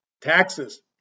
taxes